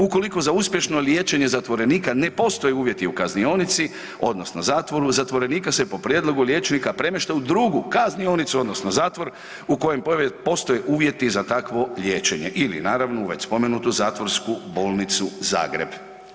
Ukoliko za uspješno liječenje zatvorenika ne postoje uvjeti u kaznionici odnosno zatvoru zatvorenika se po prijedlogu liječnika premješta u drugu kaznionicu odnosno zatvor u kojem postoje uvjeti za takvo liječenje ili naravno već spomenutu zatvorsku bolnicu Zagreb.